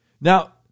Now